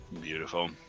Beautiful